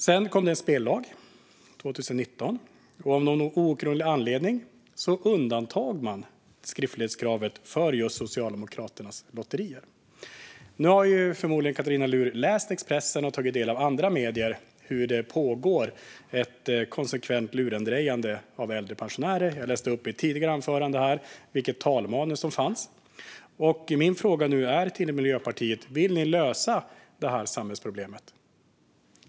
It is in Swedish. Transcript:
Sedan kom en spellag 2019, men av någon outgrundlig anledning undantogs skriftlighetskravet för just Socialdemokraternas lotterier. Nu har Katarina Luhr förmodligen läst Expressen och tagit del av andra medier och sett hur det pågår ett konsekvent lurendrejeri riktat mot äldre pensionärer. Jag läste i ett tidigare anförande upp det talmanus som fanns. Min fråga till Miljöpartiet är: Vill ni lösa detta samhällsproblem?